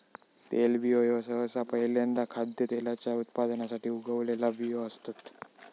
तेलबियो ह्यो सहसा पहील्यांदा खाद्यतेलाच्या उत्पादनासाठी उगवलेला बियो असतत